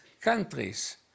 countries